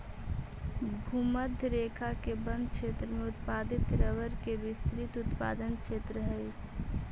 भूमध्य रेखा के वन क्षेत्र में उत्पादित रबर के विस्तृत उत्पादन क्षेत्र हइ